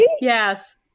Yes